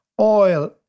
oil